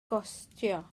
gostio